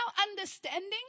understanding